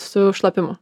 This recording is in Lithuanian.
su šlapimu